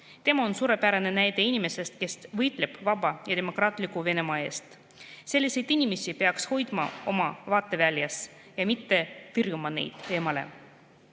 Tema on suurepärane näide inimesest, kes võitleb vaba ja demokraatliku Venemaa eest. Selliseid inimesi peaks hoidma oma vaateväljas ja mitte tõrjuma neid eemale.